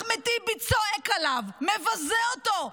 אחמד טיבי צועק עליו, מבזה אותו,